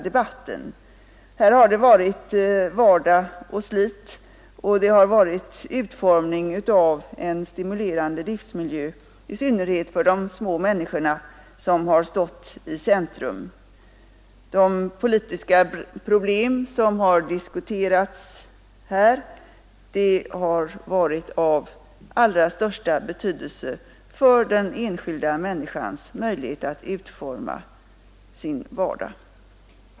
Det har varit vardag och slit och det har varit utformning av en stimulerande livsmiljö, i synnerhet för de små människor som stått i centrum. De politiska problem som här har diskuterats är av största betydelse för den enskilda människans möjligheter att utforma sin vardag.